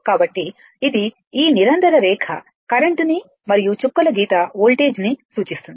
కాబట్టి ఇది ఈ నిరంతర రేఖ కరెంట్ ని మరియు చుక్కల గీత వోల్టేజ్ ని సూచిస్తుంది